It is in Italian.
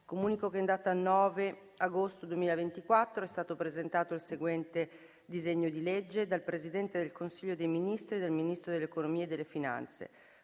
In data 9 agosto 2024 è stato presentato il seguente disegno di legge: dal Presidente del Consiglio dei ministri e dal Ministro dell’economia e delle finanze: